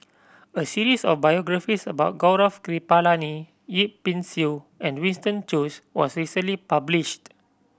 a series of biographies about Gaurav Kripalani Yip Pin Xiu and Winston Choos was recently published